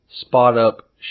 spot-up